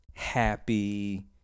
Happy